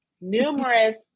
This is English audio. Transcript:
numerous